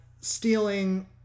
stealing